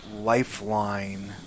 lifeline